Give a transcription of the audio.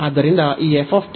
ಆದ್ದರಿಂದ ಈ